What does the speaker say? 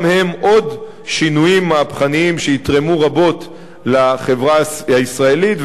גם הם עוד שינויים מהפכניים שיתרמו רבות לחברה הישראלית,